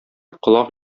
колак